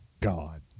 God